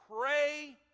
pray